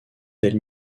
tel